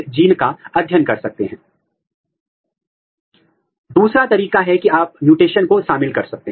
महत्वपूर्ण बात यह है कि आपके क्लोनिंग वेक्टर में T3 और T7 प्रमोटर होना चाहिए या आप उपलब्ध वेक्टर के आधार पर SP6 प्रमोटर का उपयोग कर सकते हैं